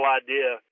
idea